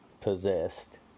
possessed